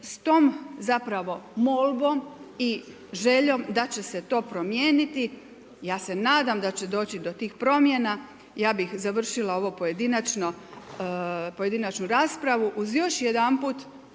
s tom, zapravo, molbom i željom da će se to promijeniti, ja se nadam da će doći do tih promjena. Ja bih završila ovu pojedinačnu raspravu uz još jedanput